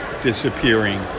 disappearing